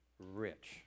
rich